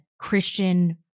Christian